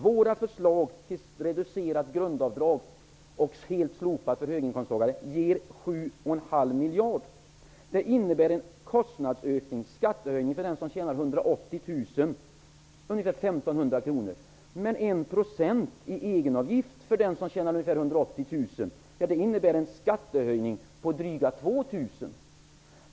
Våra förslag om reducerat grundavdrag och helt slopande av detta för höginkomsttagare ger 7 1/2 miljard kronor. Det innebär en kostnadsökning eller skattehöjning för den som tjänar 180 000 kr om 1 500 kr. En procent i egenavgift för den som tjänar 180 000 kr ger en skattehöjning på drygt 2 000 kr.